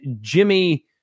Jimmy